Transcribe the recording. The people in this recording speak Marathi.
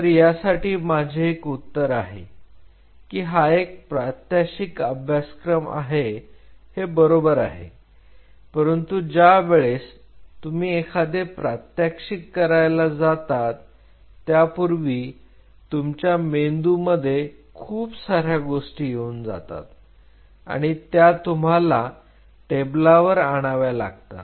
तर यासाठी माझे एक उत्तर आहे की हा एक प्रात्यक्षिक अभ्यासक्रम आहे हे बरोबर आहे परंतु ज्या वेळेस तुम्ही एखादे प्रात्यक्षिक करायला जातात त्यापूर्वी तुमच्या मेंदूमध्ये खूप साऱ्या गोष्टी येऊन जातात आणि त्या तुम्हाला टेबलावर आणावे लागतात